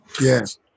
Yes